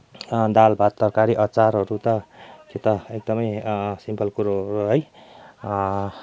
दाल भात तरकारी अचारहरू त त्यो त एकदमै सिम्पल कुरो हो है